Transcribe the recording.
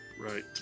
Right